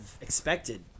expected